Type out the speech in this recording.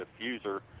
diffuser